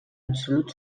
absolut